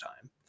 time